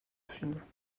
films